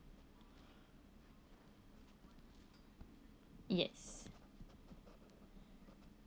yes